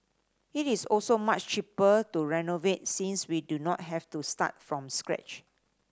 it is also much cheaper to renovate since we do not have to start from scratch